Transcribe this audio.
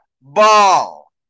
ball